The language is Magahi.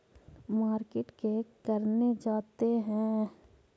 मार्किट का करने जाते हैं?